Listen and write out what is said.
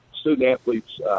student-athletes